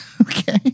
okay